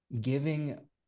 giving